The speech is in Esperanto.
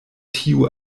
tiu